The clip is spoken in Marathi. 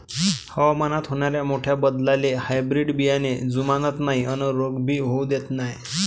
हवामानात होनाऱ्या मोठ्या बदलाले हायब्रीड बियाने जुमानत नाय अन रोग भी होऊ देत नाय